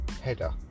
header